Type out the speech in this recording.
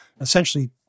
essentially